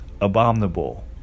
abominable